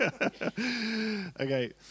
Okay